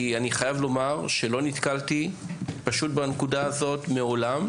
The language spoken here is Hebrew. כי אני חייב לומר שלא נתקלתי בנקודה הזו מעולם.